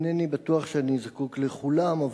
אינני בטוח שאני זקוק לכולן.